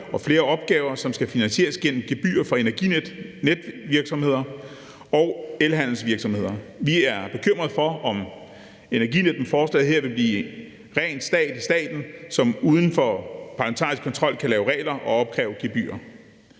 og flere opgaver, hvilket skal finansieres gennem gebyrer fra Energinet, netvirksomheder og elhandelsvirksomheder. Vi er bekymret for, om Energinet med forslaget her vil blive en ren stat i staten, som uden for parlamentarisk kontrol kan lave regler og opkræve gebyrer.